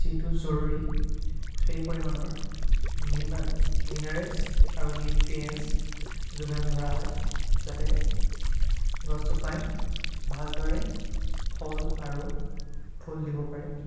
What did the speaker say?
যিটো জৰুৰী সেই পৰিমাণৰ মিনাৰেলচ আৰু নিউট্ৰিয়েনচ যোগান ধৰা হয় যাতে গছজোপাই ভালদৰে ফল আৰু ফুল দিব পাৰে